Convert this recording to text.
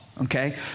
okay